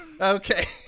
Okay